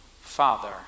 Father